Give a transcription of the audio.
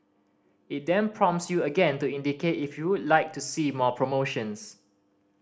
it then prompts you again to indicate if you would like to see more promotions